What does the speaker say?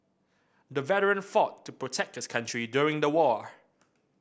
the veteran fought to protect his country during the war